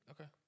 Okay